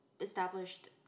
established